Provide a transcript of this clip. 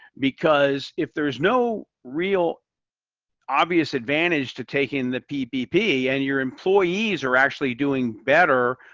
because if there's no real obvious advantage to taking the ppp, and your employees are actually doing better,